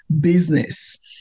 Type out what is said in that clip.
business